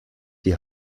die